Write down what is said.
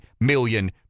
million